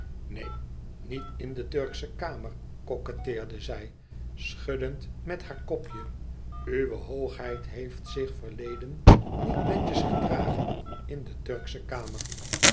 neen niet in de turksche kamer coquetteerde zij schuddend met haar kopje uwe hooogheid heeft zich verleden niet netjes gedragen in de turksche kamer